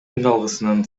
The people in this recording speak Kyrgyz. үналгысынын